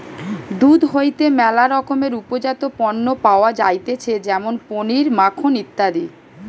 দুধ হইতে ম্যালা রকমের উপজাত পণ্য পাওয়া যাইতেছে যেমন পনির, মাখন ইত্যাদি